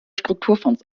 strukturfonds